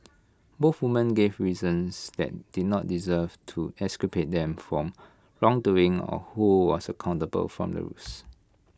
both women gave reasons that did not dserve to exculpate them from wrongdoing or who was accountable from the ruse